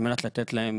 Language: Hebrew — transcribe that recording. על מנת לתת להן